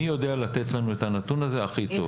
מי יודע לתת לנו את הנתון הזה הכי טוב?